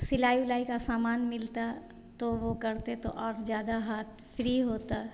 सिलाई उलाई का सामान मिलता तो वह करते तो और ज़्यादा हाथ फ्री होता